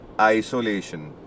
isolation